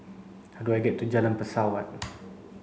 how do I get to Jalan Pesawat